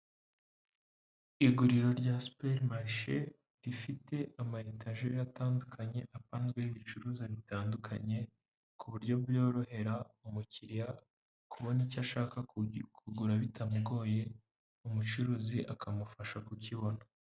Iguriro rya superimarishe rifite ama etajeri atandukanye apanzweho ibicuruzwa bitandukanye ku buryorohera umukiriya kubona icyo ashaka kugura bitamugoye umucuruzi akamufasha kukibona.